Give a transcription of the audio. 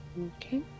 Okay